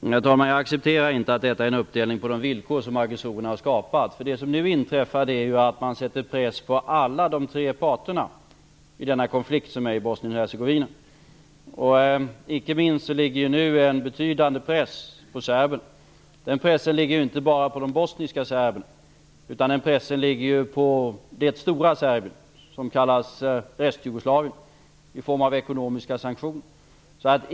Herr talman! Jag accepterar inte att detta skulle vara en uppdelning på de villkor som aggressorerna har skapat. Vad som nu inträffar är att man sätter press på samtliga tre parter i konflikten i Bosnien Hercegovina. Icke desto mindre ligger nu en betydande press på serberna. Den pressen ligger inte bara på de bosniska serberna utan även på det stora Serbien som kallas Restjugoslavien i form av ekonomiska sanktioner.